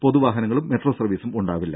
പൊതുവാഹനങ്ങളും metro സർവീസുകളും ഉണ്ടാവില്ല